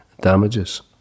Damages